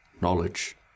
knowledge